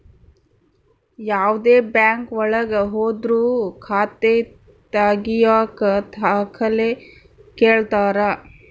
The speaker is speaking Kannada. ಯಾವ್ದೇ ಬ್ಯಾಂಕ್ ಒಳಗ ಹೋದ್ರು ಖಾತೆ ತಾಗಿಯಕ ದಾಖಲೆ ಕೇಳ್ತಾರಾ